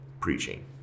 preaching